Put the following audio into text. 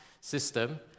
system